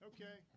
Okay